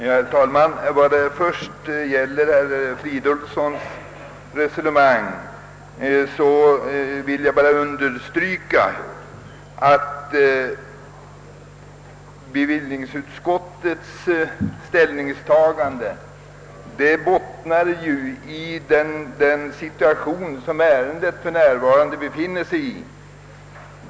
Herr talman! Vad gäller herr Fridolfssons i Stockholm resonemang vill jag bara understryka, att bevillningsutskottets ställningstagande till stor del bottnar i det läge som ärendet för närvarande befinner sig i.